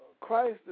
Christ